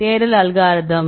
தேடல் அல்காரிதம்